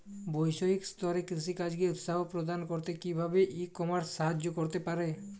বৈষয়িক স্তরে কৃষিকাজকে উৎসাহ প্রদান করতে কিভাবে ই কমার্স সাহায্য করতে পারে?